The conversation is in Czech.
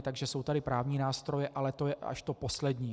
Takže jsou tady právní nástroje, ale to je až to poslední.